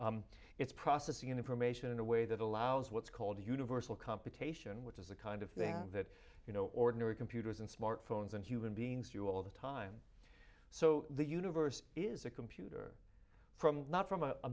it's processing information in a way that allows what's called a universal computation which is a kind of thing that you know ordinary computers and smart phones and human beings do all the time so the universe is a computer from not from a